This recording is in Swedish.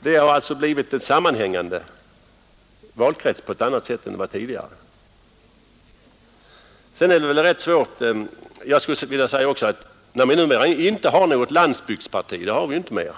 Det har alltså blivit en sammanhängande valkrets på ett annat sätt än tidigare. Vi har inte längre något landsbygdsparti.